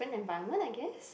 environment I guess